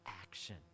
action